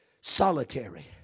solitary